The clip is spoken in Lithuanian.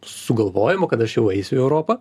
sugalvojimo kad aš jau eisiu į europą